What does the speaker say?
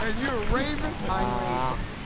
ah you're raven? i'm raven.